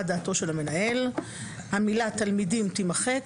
דעתו של המנהל"; המילה "תלמידים" תימחק,